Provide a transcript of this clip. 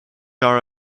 are